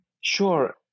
Sure